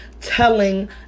telling